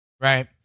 right